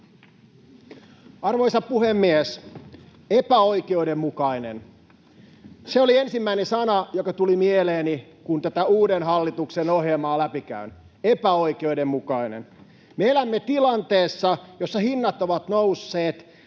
Arvoisa puhemies! Epäoikeudenmukainen — se oli ensimmäinen sana, joka tuli mieleeni, kun tätä uuden hallituksen ohjelmaa kävin läpi: epäoikeudenmukainen. Me elämme tilanteessa, jossa hinnat ovat nousseet